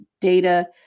data